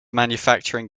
manufacturing